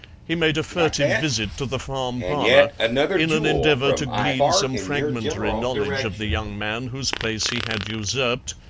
he made a furtive visit to the farm parlour in an endeavour to glean some fragmentary knowledge of the young man whose place he had usurped,